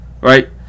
right